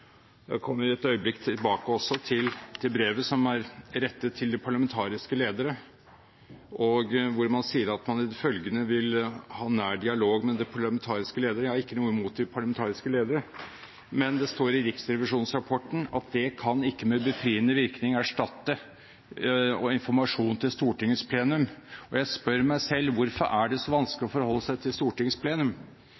Jeg kommer et øyeblikk også tilbake til brevet som er rettet til de parlamentariske ledere, og hvor man sier at man i det følgende vil ha nær dialog med de parlamentariske ledere. Jeg har ikke noe imot de parlamentariske ledere, men det står i riksrevisjonsrapporten at det kan ikke med befriende virkning erstatte informasjon til Stortingets plenum. Og jeg spør meg selv: Hvorfor er det så vanskelig